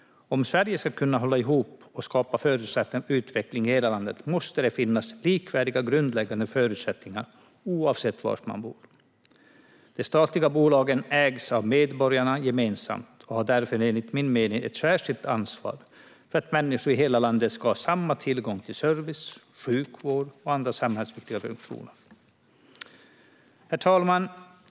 Om Sverige ska kunna hålla ihop och skapa förutsättningar för utveckling i hela landet måste det finnas likvärdiga grundläggande förutsättningar oavsett var man bor. De statliga bolagen ägs av medborgarna gemensamt och har därför enligt min mening ett särskilt ansvar för att människor i hela landet ska ha samma tillgång till service, sjukvård och andra samhällsviktiga funktioner. Herr talman!